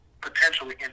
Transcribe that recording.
potentially